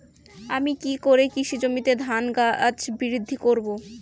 আমি কী করে কৃষি জমিতে ধান গাছ বৃদ্ধি করব?